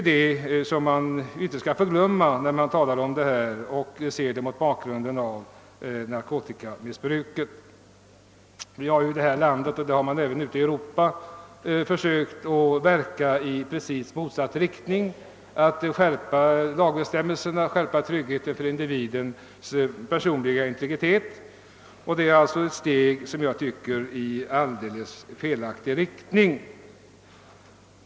Detta får man inte glömma bort när man diskuterar denna fråga. Vi har här i landet och även ute i Europa försökt verka i precis motsatt riktning genom att skärpa lagbestämmelserna och öka tryggheten för individens personliga integritet. Jag anser alltså att det är ett steg i alldeles felaktig riktning.